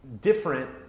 different